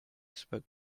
spoke